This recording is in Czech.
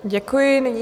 Děkuji.